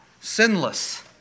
sinless